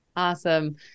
awesome